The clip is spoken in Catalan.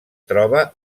troba